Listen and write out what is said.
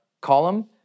column